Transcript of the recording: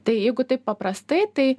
tai jeigu taip paprastai tai